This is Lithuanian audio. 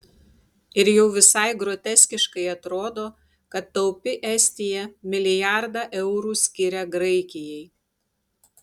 ir jau visai groteskiškai atrodo kad taupi estija milijardą eurų skiria graikijai